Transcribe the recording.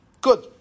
Good